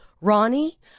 Ronnie